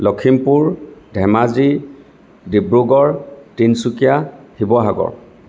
Lakhimpur Dhemaji Dibrugarh Tinsukia Sivasagar